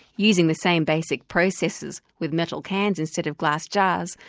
using the same basic processes with metal cans instead of glass jars,